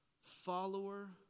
Follower